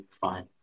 fine